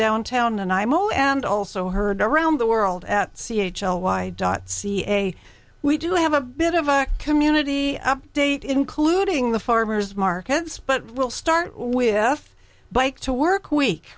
downtown and imo and also heard around the world at c h l y dot ca we do have a bit of a community update including the farmers markets but we'll start with bike to work week